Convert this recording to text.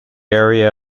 area